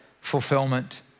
fulfillment